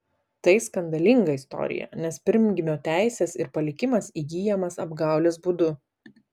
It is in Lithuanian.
tai skandalinga istorija nes pirmgimio teisės ir palikimas įgyjamas apgaulės būdu